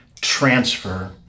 transfer